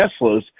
Teslas